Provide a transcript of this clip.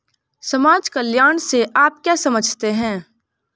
समाज कल्याण से आप क्या समझते हैं?